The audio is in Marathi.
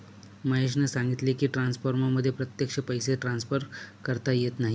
महेशने सांगितले की, ट्रान्सफरमध्ये प्रत्यक्ष पैसे ट्रान्सफर करता येत नाहीत